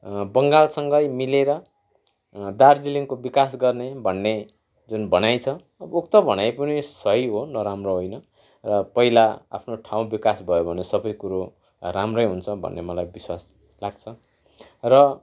बङ्गालसँगै मिलेर दार्जिलिङको विकास गर्ने भन्ने जुन भनाइ छ उक्त भनाइ पनि सही हो नराम्रो होइन र पहिला आफ्नो ठाउँ विकास भयो भने सबैकुरो राम्रै हुन्छ भन्ने मलाई विश्वास लाग्छ र